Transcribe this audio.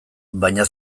baina